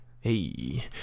Hey